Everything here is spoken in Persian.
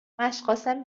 مشقاسم